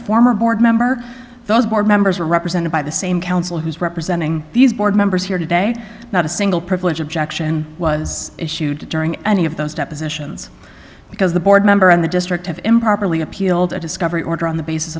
a former board member those board members are represented by the same council who is representing these board members here today not a single privilege objection was issued during any of those depositions because the board member in the district of improperly appealed a discovery order on the basis